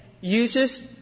uses